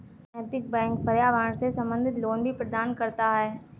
नैतिक बैंक पर्यावरण से संबंधित लोन भी प्रदान करता है